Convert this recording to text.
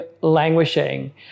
languishing